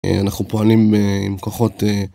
אנחנו פועלים עם כוחות...